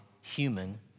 human